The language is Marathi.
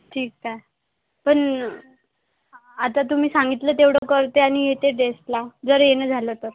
ठीक आहे पण आता तुम्ही सांगितलं तेवढं करते आणि येते टेस्टला जर येणं झालं तर